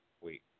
wait